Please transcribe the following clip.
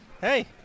Hey